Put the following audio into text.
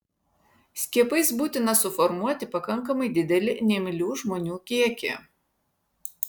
skiepais būtina suformuoti pakankamai didelį neimlių žmonių kiekį